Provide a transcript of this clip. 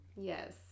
Yes